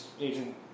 Agent